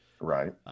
Right